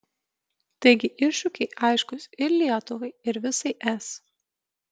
taigi iššūkiai aiškūs ir lietuvai ir visai es